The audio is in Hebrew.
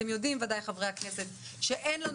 אתם בוודאי יודעים חברי הכנסת שאין לנו